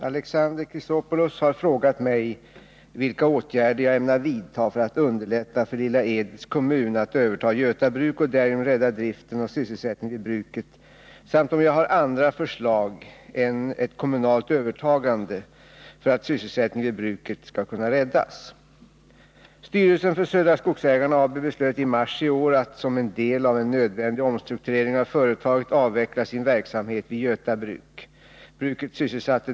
Alexander Chrisopoulos har frågat mig om vilka åtgärder jag ämnar vidta för att underlätta för Lilla Edets kommun att överta Göta Bruk och därigenom rädda driften och sysselsättningen vid bruket samt om jag har andra förslag än ett kommunalt övertagande för att sysselsättningen vid bruket skall kunna räddas.